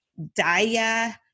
Daya